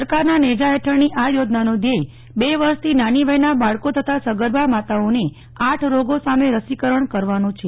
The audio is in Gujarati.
સરકારના નેજા હેઠળની આ યોજનાનું ધ્યેય બે વર્ષથી નાની વયના બાળકો તથા સગર્ભા માતાઓને આઠ રોગો સામે રસીકરણ કરવાનો છે